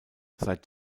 seit